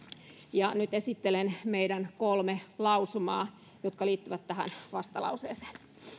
ja nyt esittelen meidän kolme lausumaamme jotka liittyvät tähän vastalauseeseen